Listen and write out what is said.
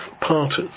parties